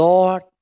Lord